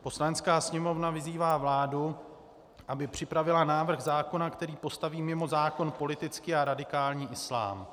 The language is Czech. Poslanecká sněmovna vyzývá vládu, aby připravila návrh zákona, který postaví mimo zákon politický a radikální islám.